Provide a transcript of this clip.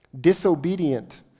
disobedient